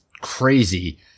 crazy